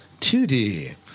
2D